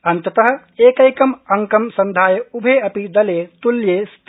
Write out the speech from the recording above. अन्तत एकैकम् अंकं संधाय उभे अपि दले तुल्ये स्त